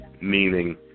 meaning